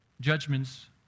judgments